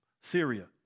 Syria